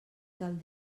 cal